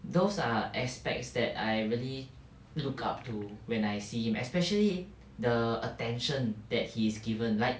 those are aspects that I really look up to when I see him especially the attention that he is given like